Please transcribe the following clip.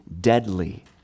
deadly